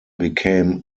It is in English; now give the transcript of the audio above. became